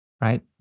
right